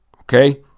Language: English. okay